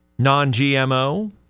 non-GMO